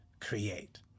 create